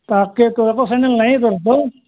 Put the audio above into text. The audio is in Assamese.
তাকেতো একো চেনেল নায়েই পোৱা